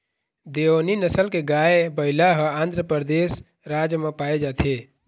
देओनी नसल के गाय, बइला ह आंध्रपरदेस राज म पाए जाथे